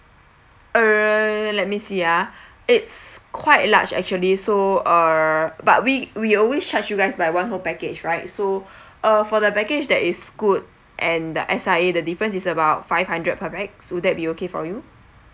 uh let me see ah it's quite large actually so uh but we we always charge you guys by one who package right so uh for the package that is scoot and S_I_A the difference is about five hundred per pax would that be okay for you